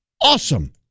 awesome